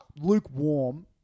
lukewarm